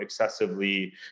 excessively